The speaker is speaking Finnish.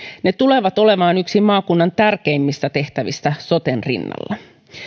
ne tulevat olemaan yksi maakunnan tärkeimmistä tehtävistä soten rinnalla